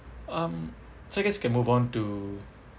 um so I guess can move on to